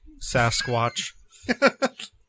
Sasquatch